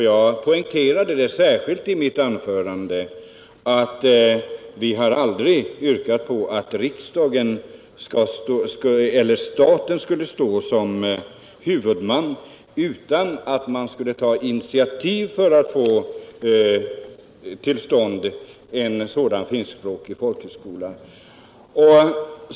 Jag poängterade särskilt i mitt förra anförande att vi inte yrkat på att staten skulle stå som huvudman utan att den skulle ta initiativ till inrättandet av en finskspråkig folkhögskola.